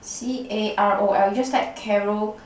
c_a_r_o_l you just type carol